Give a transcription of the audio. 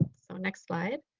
so next slide.